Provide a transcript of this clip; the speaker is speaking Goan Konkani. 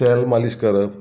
तेल मालीश करप